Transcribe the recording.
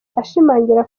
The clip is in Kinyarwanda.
ashimangira